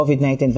COVID-19